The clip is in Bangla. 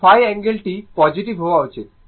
তো ϕ অ্যাঙ্গেল টি পজিটিভ হওয়া উচিত